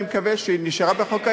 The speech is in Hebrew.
אני מקווה שהיא נשארה בחוק ההסדרים.